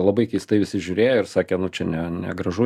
labai keistai visi žiūrėjo ir sakė nu čia ne negražu